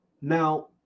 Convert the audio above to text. Now